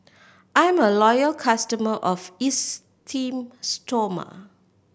I'm a loyal customer of Esteem Stoma